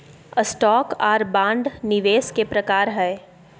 stock आर bond निवेश के प्रकार हय